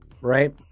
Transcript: right